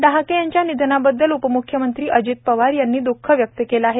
डहाकेयांच्या निधनाबददल उपमुख्यमंत्री अजित पवार यांनी दख व्यक्त केले आहे